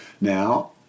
Now